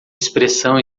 expressão